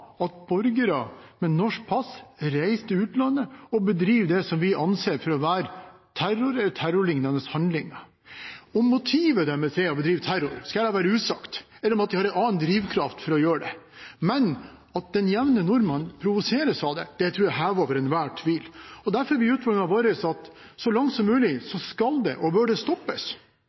at borgere med norsk pass reiser til utlandet og bedriver det som vi anser for å være terror eller terrorlignende handlinger. Om motivet deres er å bedrive terror, skal jeg la være usagt, eller om de har en annen drivkraft for å gjøre det, men at den jevne nordmann provoseres av det, tror jeg er hevet over enhver tvil. Derfor blir utfordringen vår at så langt som mulig skal det og bør det stoppes.